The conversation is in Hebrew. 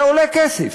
זה עולה כסף,